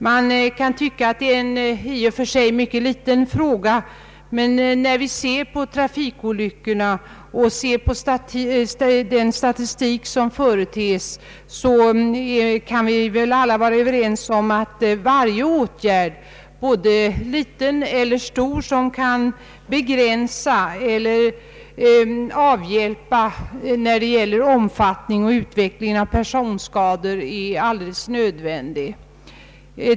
Man kan tycka att det är en i och för sig mycket liten fråga, men när vi ser på antalet trafikolyckor och den statistik som företes kan vi alla vara överens om att varje åtgärd, både liten och stor, som kan begränsa omfattningen och utvecklingen av personskador är alldeles nödvändig.